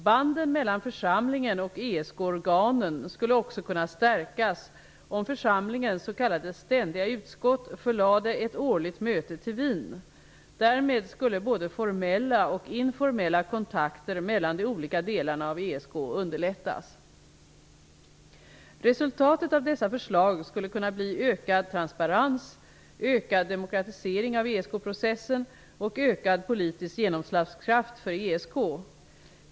Banden mellan församlingen och ESK-organen skulle också kunna stärkas om församlingens s.k. ständiga utskott förlade ett årligt möte till Wien. Därmed skulle både formella och informella kontakter mellan de olika delarna av ESK underlättas. Resultatet av dessa förslag skulle kunna bli ökad transparens, ökad demokratisering av ESK processen och ökad politisk genomslagskraft för ESK.